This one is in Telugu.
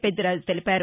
పెద్దిరాజు తెలిపారు